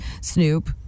Snoop